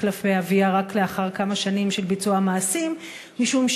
אביה רק לאחר כמה שנים של ביצוע מעשים משום,